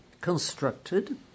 constructed